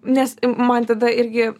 nes man tada irgi